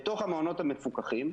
בתוך המעונות המפוקחים,